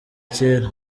kera